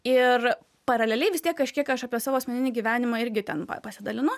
ir paraleliai vis tiek kažkiek aš apie savo asmeninį gyvenimą irgi ten pasidalinu